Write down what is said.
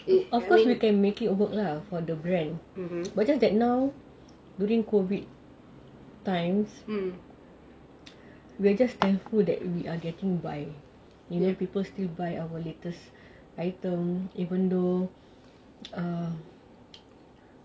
of course we can make it work lah for the brand but just that now during COVID times we are just thankful that we are getting by and people still buy our latest item even though um